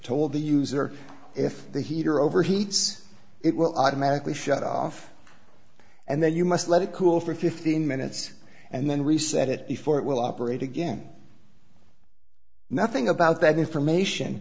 told the user if the heater overheats it will automatically shut off and then you must let it cool for fifteen minutes and then reset it before it will operate again nothing about that information